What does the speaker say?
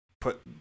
put